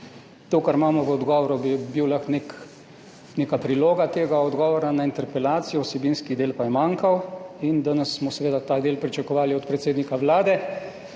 To, kar imamo v odgovoru, bi bila lahko neka priloga tega odgovora na interpelacijo, vsebinski del pa je manjkal in danes smo seveda ta del pričakovali od predsednika Vlade,